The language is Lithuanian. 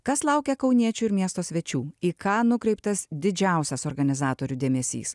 kas laukia kauniečių ir miesto svečių į ką nukreiptas didžiausias organizatorių dėmesys